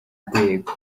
urwego